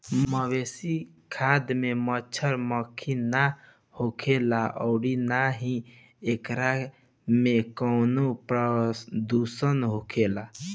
मवेशी खाद में मच्छड़, मक्खी ना होखेलन अउरी ना ही एकरा में कवनो प्रदुषण होखेला